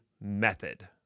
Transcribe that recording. method